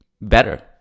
better